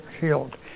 healed